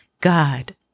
God